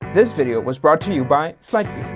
this video was brought to you by like